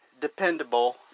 dependable